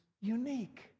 unique